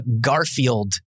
Garfield